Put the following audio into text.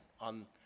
on